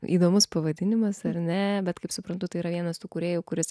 įdomus pavadinimas ar ne bet kaip suprantu tai yra vienas tų kūrėjų kuris